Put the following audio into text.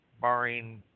barring